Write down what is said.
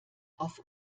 auf